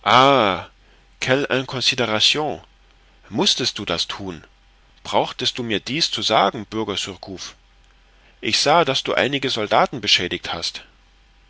mußtest du das thun brauchtest du mir dies zu sagen bürger surcouf ich sah daß du einige soldaten beschädigt hast